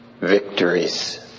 victories